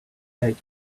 gate